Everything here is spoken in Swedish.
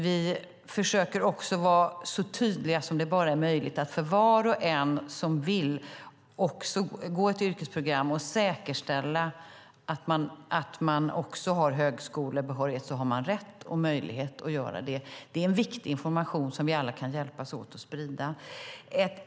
Vi försöker även vara så tydliga som det bara är möjligt om att var och en som vill gå ett yrkesprogram men också säkerställa högskolebehörighet har rätt och möjlighet att göra det. Det är viktig information som vi alla kan hjälpas åt att sprida.